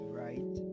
right